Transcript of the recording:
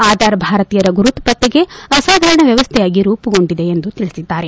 ಆಧಾರ್ ಭಾರತೀಯರ ಗುರುತು ಪತ್ತೆಗೆ ಅಸಾಧಾರಣ ವ್ಯವಸ್ಥೆಯಾಗಿ ರೂಪುಗೊಂಡಿದೆ ಎಂದು ತಿಳಿಸಿದ್ದಾರೆ